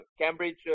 Cambridge –